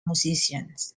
musicians